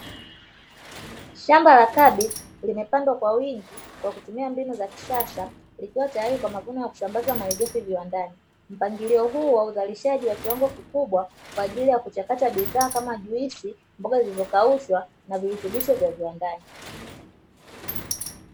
Shamba la kabichi, limepandwa kwa wingi kwa kutumia mbinu za kisasa, likiwa tayari kwa mavuno ya kusambaza malighafi viwandani. Mpangilio huo wa uzalishaji wa kiwango kikubwa kwa ajili ya kuchakata bidhaa kama, juisi, mboga zilizokaushwa na virutubisho vya viwandani.